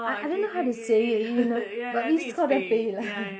I I don't know how to say it you know but this is called a பேய்:pey lah